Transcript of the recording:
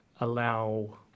allow